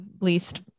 least